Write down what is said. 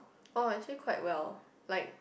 oh actually quite well like